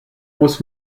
muss